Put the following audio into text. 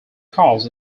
cause